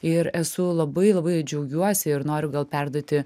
ir esu labai labai džiaugiuosi ir noriu gal perduoti